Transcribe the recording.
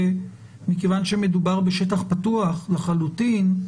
שמכיוון שמדובר בשטח פתוח לחלוטין,